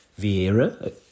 Vieira